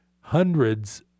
hundreds